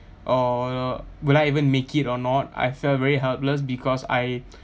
uh would I even make it or not I felt very helpless because I